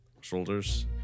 shoulders